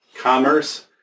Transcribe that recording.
commerce